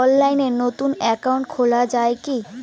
অনলাইনে নতুন একাউন্ট খোলা য়ায় কি?